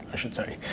i should say.